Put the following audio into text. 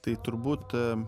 tai turbūt